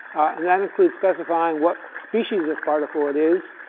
and that includes specifying what species of particle it is,